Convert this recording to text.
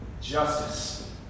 justice